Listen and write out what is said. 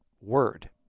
word